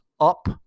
up